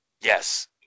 Yes